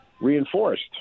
reinforced